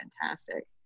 fantastic